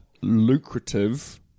lucrative